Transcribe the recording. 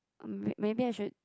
um maybe maybe I should